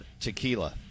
Tequila